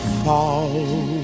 fall